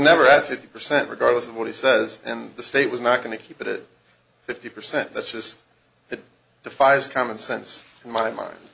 never at fifty percent regardless of what he says in the state was not going to keep it fifty percent that's just it defies common sense to my mind